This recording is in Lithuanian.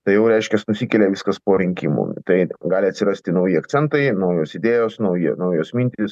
tai jau reiškias nusikelia viskas po rinkimų tai gali atsirasti nauji akcentai naujos idėjos nauji naujos mintys